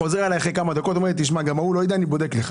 התקשר למישהו אחר, גם ההוא לא ידע לענות.